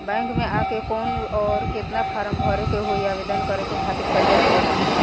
Bank मे आ के कौन और केतना फारम भरे के होयी आवेदन करे के खातिर कर्जा लेवे ला?